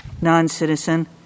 non-citizen